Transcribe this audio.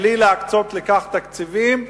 בלי להקצות לכך תקציבים,